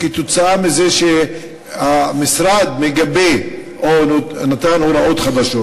כתוצאה מזה שהמשרד מגבה או נתן הוראות חדשות.